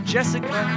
Jessica